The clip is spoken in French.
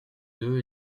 deux